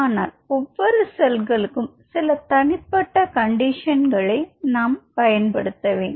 ஆனால் ஒவ்வொரு செல்களுக்கும் சில தனிப்பட்ட கண்டிஷன்களை நாம் பயன்படுத்த வேண்டும்